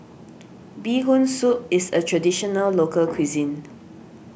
Bee Hoon Soup is a Traditional Local Cuisine